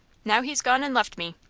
now he's gone and left me.